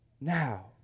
now